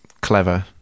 clever